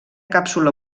càpsula